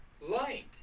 light